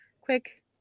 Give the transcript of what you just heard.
quick